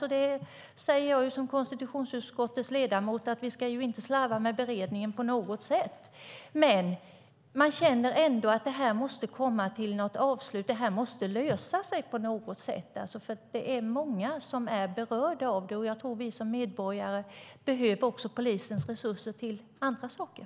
Som ledamot i konstitutionsutskottet tycker jag att vi inte ska slarva med beredningen på något sätt. Men det måste ändå komma till något avslut och lösa sig på något sätt. Det är många som är berörda av det. Jag tror att vi som medborgare behöver polisens resurser till andra saker.